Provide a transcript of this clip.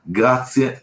grazie